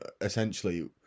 essentially